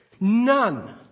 None